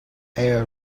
air